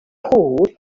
chord